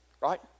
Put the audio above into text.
Right